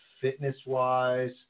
Fitness-wise